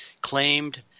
claimed –